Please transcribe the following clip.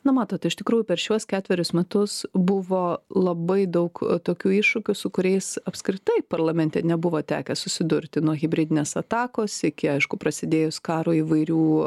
na matot iš tikrųjų per šiuos ketverius metus buvo labai daug tokių iššūkių su kuriais apskritai parlamente nebuvo tekę susidurti nuo hibridinės atakos iki aišku prasidėjus karui įvairių